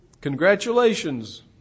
Congratulations